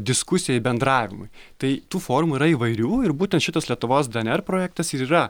diskusijai bendravimui tai tų formų yra įvairių ir būtent šitas lietuvos dnr projektas ir yra